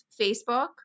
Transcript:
Facebook